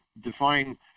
define